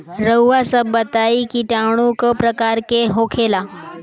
रउआ सभ बताई किटाणु क प्रकार के होखेला?